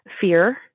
fear